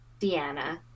Deanna